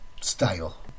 style